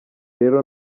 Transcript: rero